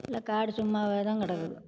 எல்லாம் காடு சும்மாவே தான் கிடக்குது